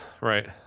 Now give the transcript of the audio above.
right